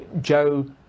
Joe